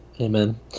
amen